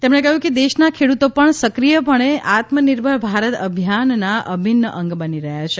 તેમણે કહ્યું કે દેશના ખેડૂતો પણ સક્રિયપણે આત્મનિર્ભર ભારત અભિયાનના અભિન્ન અંગ બની રહ્યા છે